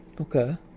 Okay